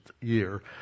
year